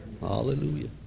Hallelujah